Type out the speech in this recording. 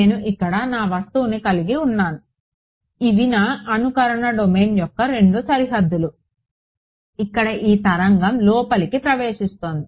నేను ఇక్కడ నా వస్తువును కలిగి ఉన్నాను ఇవి నా అనుకరణ డొమైన్ యొక్క 2 సరిహద్దులు ఇక్కడ ఈ తరంగం లోపలికి ప్రవేశిస్తోంది